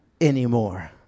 anymore